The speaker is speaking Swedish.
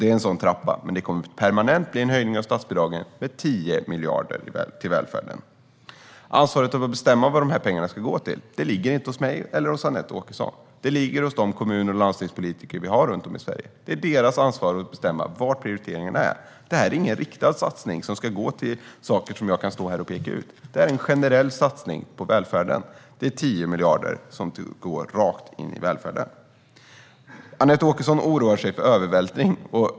Det är en sådan trappa, men det kommer att bli en permanent höjning av statsbidragen med 10 miljarder till välfärden. Ansvaret för att bestämma vad de här pengarna ska gå till ligger inte hos mig eller hos Anette Åkesson. Det ligger hos de kommun och landstingspolitiker vi har runt om i Sverige. Det är deras ansvar att bestämma vad prioriteringen är. Detta är ingen riktad satsning som ska gå till saker som jag kan stå här och peka ut. Det är en generell satsning på välfärden. Det är 10 miljarder som går rakt in i välfärden. Anette Åkesson oroar sig för övervältring.